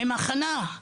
עם הכנה.